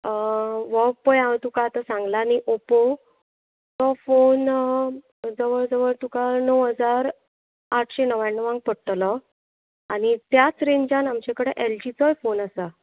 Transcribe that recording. हो पळय हांव तुका आतां सांगलां न्ही ओपो तो फोन जवळ जवळ तुका णव हजार आठशें णव्याण्णवाक पडटलो आनी त्याच रेंजान आमचे कडेन एलजीचोय फोन आसा